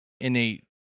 innate